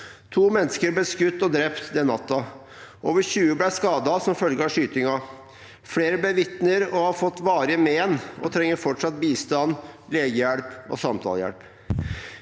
To mennesker ble skutt og drept den natten. Over 20 personer ble skadet som følge av skytingen. Flere ble vitner og har fått varige men, og trenger fortsatt bistand, legehjelp og samtalehjelp.